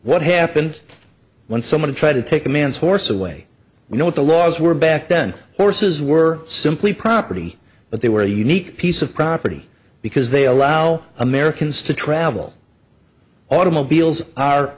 what happened when someone tried to take a man's horse away you know what the laws were back then horses were simply property but they were a unique piece of property because they allow americans to travel automobiles